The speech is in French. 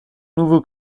nouveau